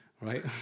right